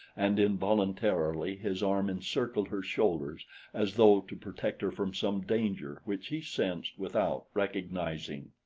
and involuntarily his arm encircled her shoulders as though to protect her from some danger which he sensed without recognizing.